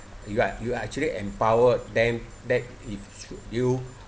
you are you are actually empower them that if should you